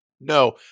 No